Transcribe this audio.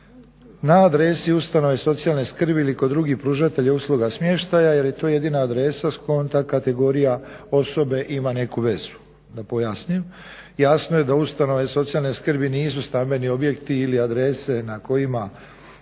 na adresi ustanove socijalne skrbi ili kod drugih pružatelja usluga smještaja jer je to jedina adresa s kojom ta kategorija osobe ima neku vezu. Da pojasnim, jasno je da ustanove socijalne skrbi nisu stambeni objekti ili adrese na kojima